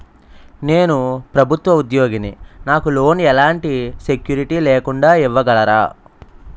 నేను ప్రభుత్వ ఉద్యోగిని, నాకు లోన్ ఎలాంటి సెక్యూరిటీ లేకుండా ఇవ్వగలరా?